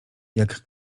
jak